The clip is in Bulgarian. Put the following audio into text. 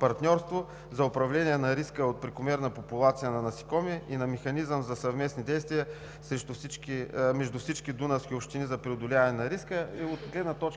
партньорство за управление на риска от прекомерната популация на насекоми и на механизъм за съвместни действия между всички дунавски общини за преодоляване на риска,